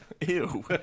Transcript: Ew